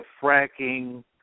fracking